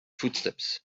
footsteps